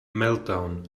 meltdown